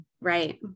Right